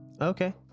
Okay